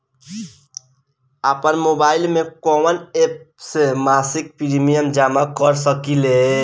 आपनमोबाइल में कवन एप से मासिक प्रिमियम जमा कर सकिले?